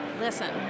listen